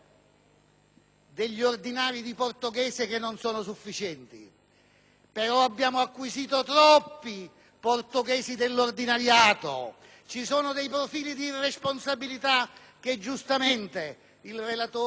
degli ordinari di portoghese che non sono sufficienti, ma certo abbiamo acquisito troppi portoghesi dell'ordinariato. Vi sono dei profili di irresponsabilità rispetto ai quali il relatore,